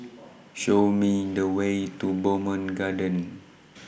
Show Me The Way to Bowmont Gardens